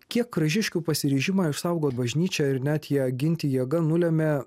kiek kražiškių pasiryžimą išsaugot bažnyčią ir net ją ginti jėga nulemė